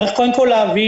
צריך קודם כל להבין,